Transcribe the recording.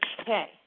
Okay